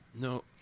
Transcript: No